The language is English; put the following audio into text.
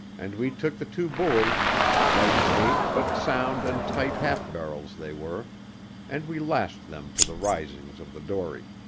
and we took the two buoys light-made but sound and tight half-barrels they were and we lashed them to the risings of the dory.